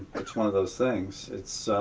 one of those things,